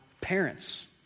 parents